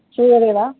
श्रूयते वा